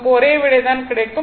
நமக்கு ஒரே விடை தான் கிடைக்கும்